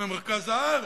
במרכז הארץ,